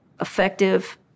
effective